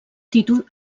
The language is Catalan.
títol